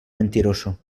mentiroso